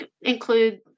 include